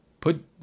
Put